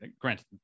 granted